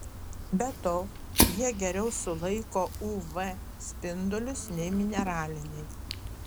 be to jie geriau sulaiko uv spindulius nei mineraliniai